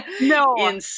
No